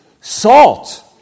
salt